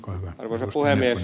arvoisa puhemies